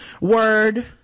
word